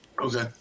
Okay